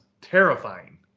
terrifying